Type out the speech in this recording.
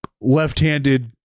left-handed